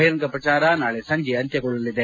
ಬಹಿರಂಗ ಪ್ರಚಾರ ನಾಳೆ ಸಂಜೆ ಅಂತ್ಯಗೊಳ್ಳಲಿದೆ